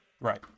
Right